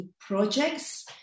projects